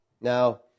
Now